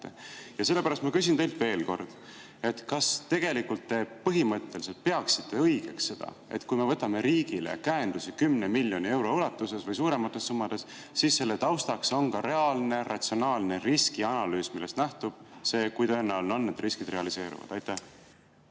Sellepärast ma küsin teilt veel kord: kas te põhimõtteliselt peaksite õigeks seda, et kui me võtame riigile käendusi 10 miljoni euro ulatuses või suuremates summades, siis selle taustaks on reaalne ratsionaalne riskianalüüs, millest nähtub see, kui tõenäoline on, et riskid realiseeruvad? Aitäh!